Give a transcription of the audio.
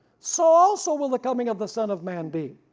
so also will the coming of the son of man be.